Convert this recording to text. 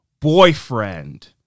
Boyfriend